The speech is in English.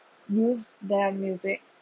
use their music